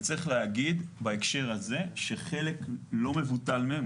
וצריך להגיד בהקשר הזה שחלק לא מבוטל מהם,